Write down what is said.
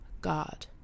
God